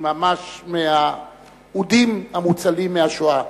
ממש מהאודים המוצלים, מהשואה.